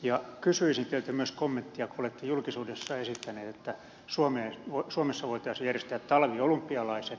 ja kysyisitte että myös kommentteja ole julkisuudessa esittäneen että suomeen on suomessa voitaisi edestä talviolumpialaiset